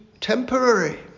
temporary